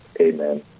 Amen